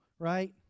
right